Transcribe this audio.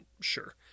Sure